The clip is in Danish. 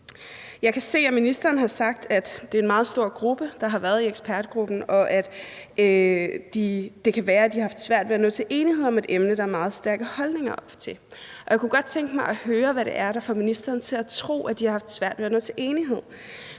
Jeg kan se, at ministeren har sagt at det er en meget stor gruppe, der har været med i ekspertgruppen, og at det kan være, de har svært ved at nå til enighed om et emne, der er meget stærke holdninger til. Jeg kunne godt tænke mig at høre, hvad det er, der får ministeren til at tro, at de har haft svært ved at nå til enighed,